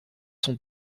sont